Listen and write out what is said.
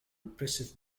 repressive